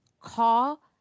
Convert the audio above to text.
call